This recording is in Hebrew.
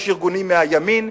יש ארגונים מהימין,